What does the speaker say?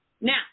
Now